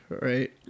right